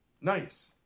Nice